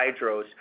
hydros